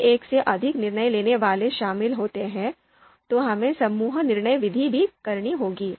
यदि एक से अधिक निर्णय लेने वाले शामिल होते हैं तो हमें समूह निर्णय विधि भी करनी होगी